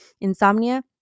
insomnia